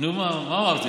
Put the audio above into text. נו, מה אמרתי?